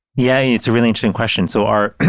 yeah. it's a really interesting question. so are,